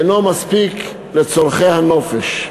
אינו מספיק לצורכי הנופש.